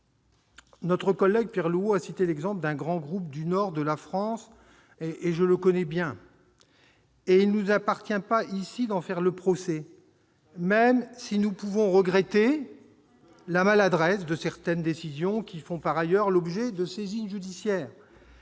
Notre collègue Pierre Louault a cité l'exemple d'un grand groupe du nord de la France que je connais bien. Il ne nous appartient pas, ici, d'en faire le procès, ... Très bien !... même si nous pouvons regretter la maladresse de certaines décisions, qui font par ailleurs l'objet de saisines judiciaires.